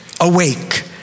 awake